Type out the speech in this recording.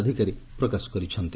ଅଧିକାରୀ ପ୍ରକାଶ କରିଛନ୍ତି